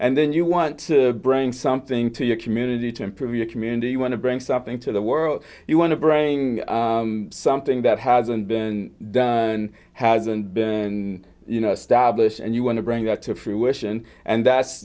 and then you want to bring something to your community to improve your community you want to bring something to the world you want to bring something that hasn't been done and hasn't been you know established and you want to bring that to fruition and that's